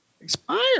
Expired